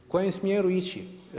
U kojem smjeru ići?